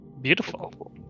Beautiful